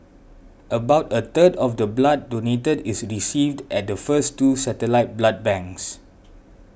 about a third of the blood donated is received at the first two satellite blood banks